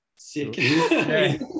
sick